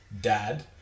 dad